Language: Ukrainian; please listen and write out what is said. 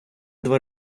два